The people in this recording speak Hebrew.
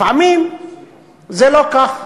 לפעמים זה לא כך,